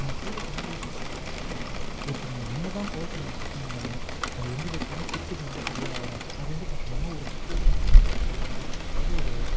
நம்ம தூய தமிழ்ல பேசுகிறப்ப பார்த்திங்கன்னா ஒருத்தர் என்னதான் கோவத்தில் நீங்கள் திட்டுனீங்கன்னாலும் அது எந்த விதத்துலேயுமே திட்டுக்கு வந்து சரியாக வராது அது வந்து பார்த்தீங்கன்னா ஒருத்தருக்கு ஒரு இன்ஃபர்மேஷன் சொல்கிறமாரி இருக்கும் அதாவது ஒரு